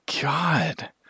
God